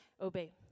obey